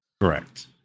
Correct